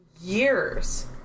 years